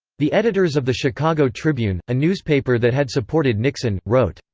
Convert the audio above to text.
the editors of the chicago tribune, a newspaper that had supported nixon, wrote,